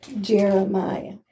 Jeremiah